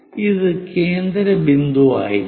ഇത് കേന്ദ്രബിന്ദുവായിരിക്കണം